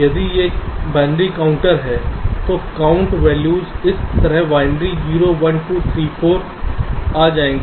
यदि यह binary counter है तो काउंट वैल्यू इस तरह बाइनरी 0 1 2 3 4 आ जाएगी